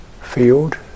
field